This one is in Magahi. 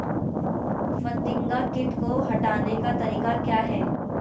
फतिंगा किट को हटाने का तरीका क्या है?